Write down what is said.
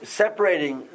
separating